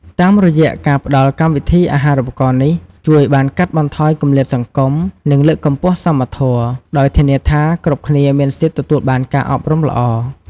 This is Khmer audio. តាមរយៈការផ្ដល់កម្មវិធីអាហារូបករណ៍ នេះជួយ បានកាត់បន្ថយគម្លាតសង្គម និង លើកកម្ពស់សមធម៌ ដោយធានាថា គ្រប់គ្នាមានសិទ្ធិទទួលបានការអប់រំល្អ។